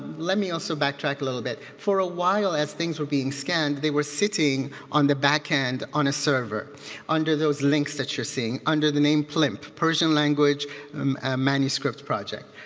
let me also backtrack a little bit. for a while as things were being scanned, they were sitting on the back end on a server under those links that you're seeing, under the name plmp, persian language manuscript project.